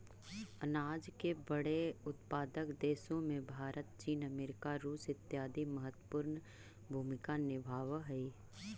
अनाज के बड़े उत्पादक देशों में भारत चीन अमेरिका रूस इत्यादि महत्वपूर्ण भूमिका निभावअ हई